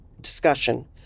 discussion